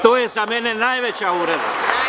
To je za mene najveća uvreda.